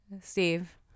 Steve